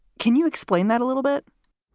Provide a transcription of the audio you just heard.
can you explain that a little bit?